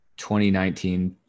2019